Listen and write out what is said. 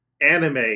anime